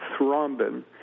thrombin